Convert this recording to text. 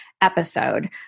episode